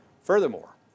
Furthermore